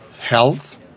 health